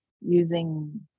using